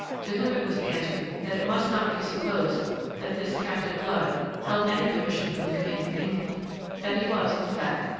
to whom it was answered that it must not be supposed that this captain blood held any commission from the king of england that he was, in fact,